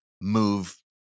move